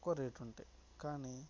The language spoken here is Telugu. తక్కువ రేటు ఉంటాయి కానీ